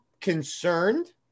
concerned